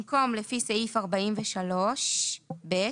במקום "לפי סעיף 43(ב)"